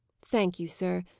thank you, sir.